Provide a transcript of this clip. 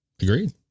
Agreed